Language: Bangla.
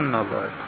ধন্যবাদ